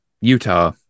Utah